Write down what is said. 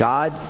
God